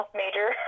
major